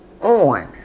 on